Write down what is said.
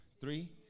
three